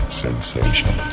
sensation